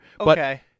Okay